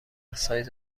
سایز